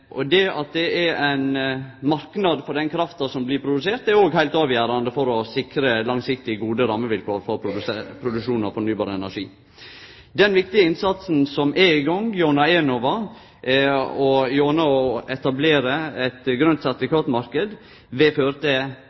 Og det at det er ein marknad for den krafta som blir produsert, er òg heilt avgjerande for å sikre langsiktige, gode rammevilkår for produksjon av fornybar energi. Den viktige innsatsen som er i gang gjennom Enova og gjennom å etablere ein grøn sertifikatmarknad, vil føre til